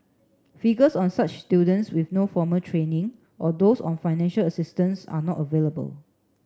figures on such students with no formal training or those on financial assistance are not available